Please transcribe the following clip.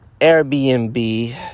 Airbnb